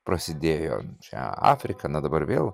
prasidėjo čia afrika na dabar vėl